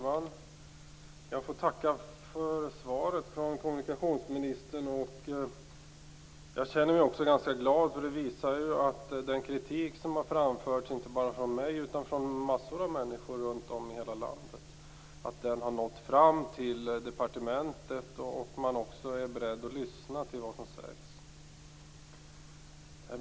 Fru talman! Jag tackar för svaret från kommunikationsministern. Jag känner mig ganska glad. Det visar ju att den kritik som har framförts, inte bara från mig utan från massor av människor runt om i hela landet, har nått fram till departementet och att man är beredd att lyssna till vad som sägs.